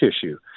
tissue